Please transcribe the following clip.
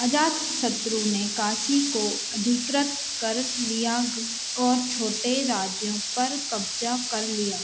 अज़ातशत्रु ने काशी को अधिकृत कर लिया और छोटे राज्यों पर कब्ज़ा कर लिया